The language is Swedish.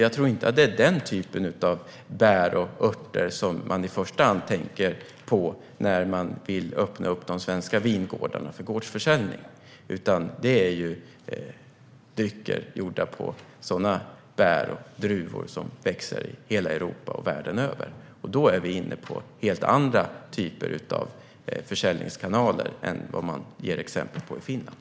Jag tror inte att det är den typen av bär och örter som man i första hand tänker på när man vill öppna de svenska vingårdarna för gårdsförsäljning, utan det är drycker gjorda på bär och druvor som växer i hela Europa och världen över. Då är vi inne på helt andra typer av försäljningskanaler än vad man ger exempel på i Finland.